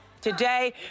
Today